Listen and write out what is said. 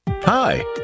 Hi